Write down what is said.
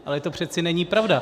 Ale to přece není pravda.